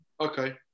okay